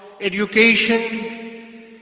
education